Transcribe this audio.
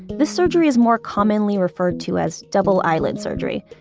this surgery is more commonly referred to as double eyelid surgery.